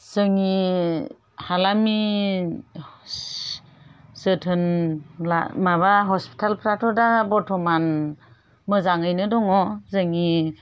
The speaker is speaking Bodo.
जोंनि हालामनि जोथोन लानाय माबा हस्पिटालफोराथ' दा बर्त'मान मोजाङैनो दङ जोंनि